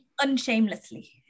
Unshamelessly